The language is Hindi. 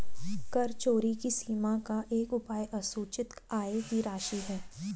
कर चोरी की सीमा का एक उपाय असूचित आय की राशि है